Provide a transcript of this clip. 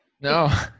no